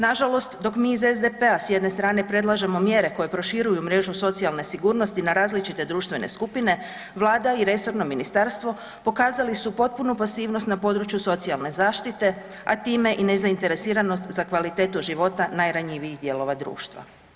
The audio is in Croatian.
Nažalost dok mi iz SDP-a, s jedne strane predlažemo mjere koje proširuju mrežu socijalne sigurnosti na različite društvene skupine, Vlada i resorno ministarstvo pokazali su potpunu pasivnost na području socijalne zaštite, a time i nezainteresiranost za kvalitetu života najranjivijih dijelova društva.